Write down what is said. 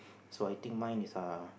so I think mine is uh